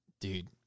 dude